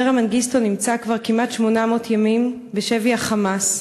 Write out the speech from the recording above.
אברה מנגיסטו נמצא כבר כמעט 800 ימים בשבי ה"חמאס",